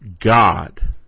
God